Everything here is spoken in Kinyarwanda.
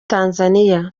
tanzania